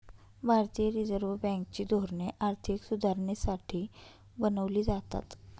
भारतीय reserve bank ची धोरणे आर्थिक सुधारणेसाठी बनवली जातात